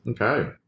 Okay